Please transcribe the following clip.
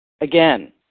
Again